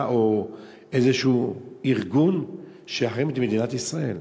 או איזשהו ארגון שיחרים את מדינת ישראל.